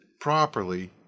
properly